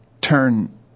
turn